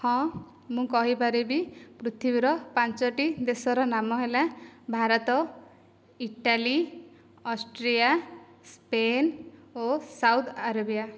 ହଁ ମୁଁ କହିପାରିବି ପୃଥିବୀର ପାଞ୍ଚଟି ଦେଶର ନାମ ହେଲା ଭାରତ ଇଟାଲୀ ଅଷ୍ଟ୍ରିଆ ସ୍ପେନ୍ ଓ ସାଉଥ ଆରବିଆ